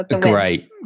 Great